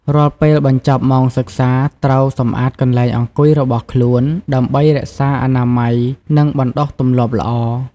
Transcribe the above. រាល់ពេលបញ្ចប់ម៉ោងសិក្សា ត្រូវសម្អាតកន្លែងអង្គុយរបស់ខ្លួន ដើម្បីរក្សាអនាម័យ និងបណ្ដុះទម្លាប់ល្អ។